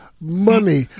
money